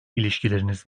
ilişkileriniz